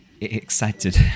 excited